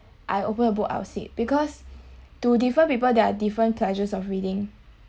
I open a book I will sleep because to different people there are different pleasure of reading